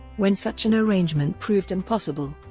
when such an arrangement proved impossible,